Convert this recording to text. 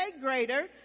greater